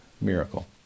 Miracle